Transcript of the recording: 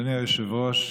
אדוני היושב-ראש,